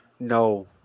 No